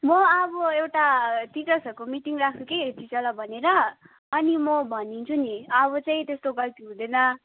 म अब एउटा टिचर्सहरूको मिटिङ राख्छु कि टिचरलाई भनेर अनि म भनिदिन्छु नि अब चाहिँ त्यस्तो गल्ती हुँदैन